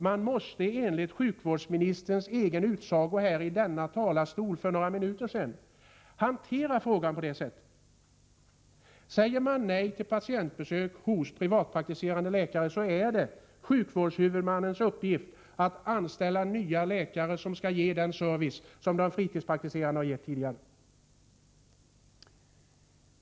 Man måste, enligt sjukvårdsministerns egen utsago här i denna talarstol för några minuter sedan, hantera frågan på det sättet. Säger man nej till patientbesök hos privatpraktiserande läkare, är det sjukvårdshuvudmännens uppgift att anställa nya läkare som skall ge den service som de fritidspraktiserande tidigare har gett.